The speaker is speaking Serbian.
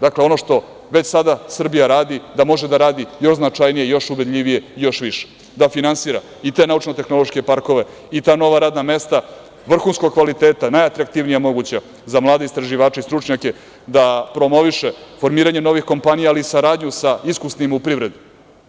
Dakle, ono što već sada Srbija radi, da može da radi još značajnije, još ubedljivije, još više - da finansira i te naučno-tehnološke parkove i ta nova radna mesta, vrhunskog kvaliteta, najatraktivnija moguća, za mlade istraživače i stručnjake, da promoviše formiranje novih kompanija, ali i saradnju sa iskusnima u privredi,